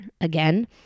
again